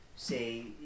Say